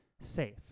safe